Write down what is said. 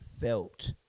felt